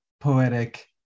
poetic